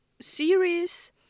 series